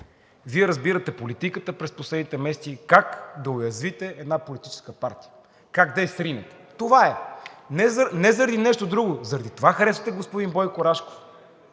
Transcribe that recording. Вие разбирате политиката през последните месеци как да уязвите една политическа партия, как да я сринете – това е. Не заради нещо друго, заради това харесвате господин Бойко Рашков.